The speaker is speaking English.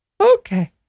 Okay